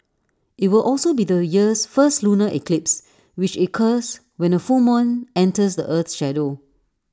IT will also be the year's first lunar eclipse which occurs when A full moon enters the Earth's shadow